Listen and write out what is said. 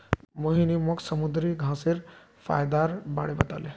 मोहिनी मोक समुंदरी घांसेर फयदार बारे बताले